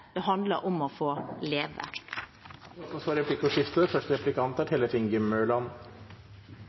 det handler om å få leve. Det blir replikkordskifte. Få er